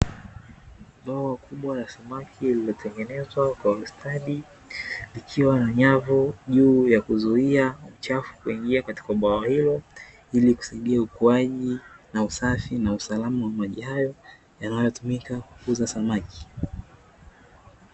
Bwawa kubwa la samaki lililotengenezwa kwa ustadi, likiwa na nyavu juu ya kuzuia uchafu kuingia katika bwawa hilo, ili kusaidia ukuaji na usafi na usalama wa maji hayo yanayotumika kuuza samaki.